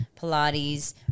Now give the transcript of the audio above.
Pilates